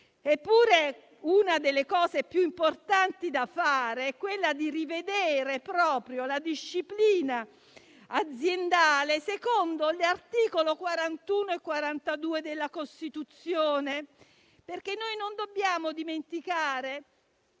Eppure, una delle cose più importanti da fare è rivedere proprio la disciplina aziendale, secondo gli articolo 41 e 42 della Costituzione, perché non dobbiamo dimenticare